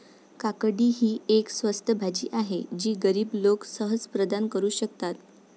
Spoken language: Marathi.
काकडी ही एक स्वस्त भाजी आहे जी गरीब लोक सहज प्रदान करू शकतात